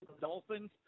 Dolphins